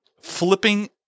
flipping